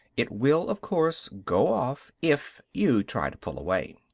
it will, of course, go off if you try to pull away.